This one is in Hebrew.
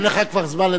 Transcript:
אין לך כבר זמן.